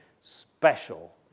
special